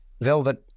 Velvet